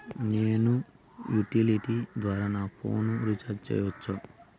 నేను యుటిలిటీ ద్వారా నా ఫోను రీచార్జి సేయొచ్చా?